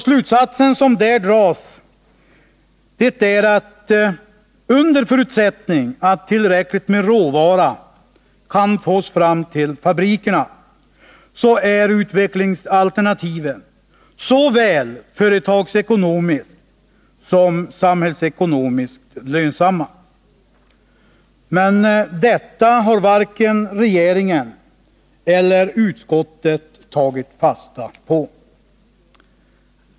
Slutsatsen som där dras är att under förutsättning att tillräckligt med råvara kan fås fram till fabrikerna är utvecklingsalternativen såväl företagsekonomiskt som samhällsekonomiskt lönsamma. Detta har varken regeringen eller utskottet tagit fasta på.